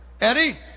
Eddie